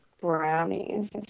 brownies